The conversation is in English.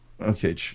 Okay